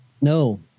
No